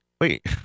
Wait